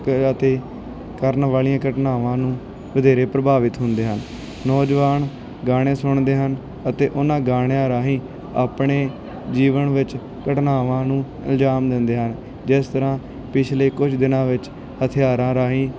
ਕ ਅਤੇ ਕਰਨ ਵਾਲੀਆਂ ਘਟਨਾਵਾਂ ਨੂੰ ਵਧੇਰੇ ਪ੍ਰਭਾਵਿਤ ਹੁੰਦੇ ਹਨ ਨੌਜਵਾਨ ਗਾਣੇ ਸੁਣਦੇ ਹਨ ਅਤੇ ਉਹਨਾਂ ਗਾਣਿਆਂ ਰਾਹੀਂ ਆਪਣੇ ਜੀਵਨ ਵਿੱਚ ਘਟਨਾਵਾਂ ਨੂੰ ਅੰਜਾਮ ਦਿੰਦੇ ਹਨ ਜਿਸ ਤਰ੍ਹਾਂ ਪਿਛਲੇ ਕੁਝ ਦਿਨਾਂ ਵਿੱਚ ਹਥਿਆਰਾਂ ਰਾਹੀਂ